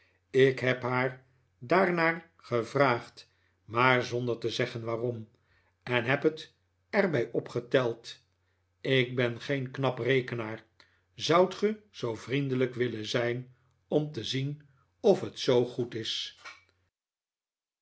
ik heb haar daarnaar gevraagd maar zonder te zeggen waarom en heb het er bij opgeteld ik ben geen knap rekenaar zoudt ge zoo vriendelijk willen zijn om te zien of het zoo goed is